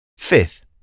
Fifth